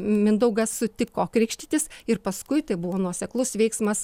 mindaugas sutiko krikštytis ir paskui tai buvo nuoseklus veiksmas